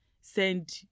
send